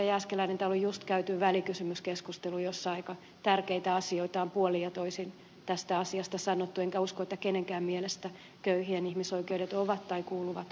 jääskeläinen täällä on juuri käyty välikysymyskeskustelu jossa aika tärkeitä asioita on puolin ja toisin tästä asiasta sanottu enkä usko että kenenkään mielestä köyhien ihmisoikeudet kuuluvat roskiin